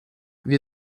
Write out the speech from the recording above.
wir